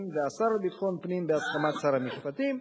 והשר לביטחון פנים בהסכמת שר המשפטים,